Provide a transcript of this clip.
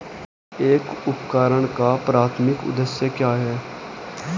एक उपकरण का प्राथमिक उद्देश्य क्या है?